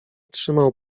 trzymał